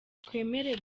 twemera